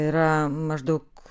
yra maždaug